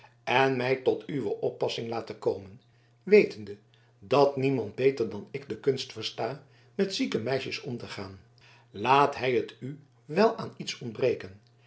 en mij tot uwe oppassing laten komen wetende dat niemand beter dan ik de kunst versta met zieke meisjes om te gaan laat hij het u wel aan iets ontbreken